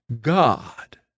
God